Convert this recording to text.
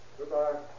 Goodbye